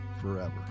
forever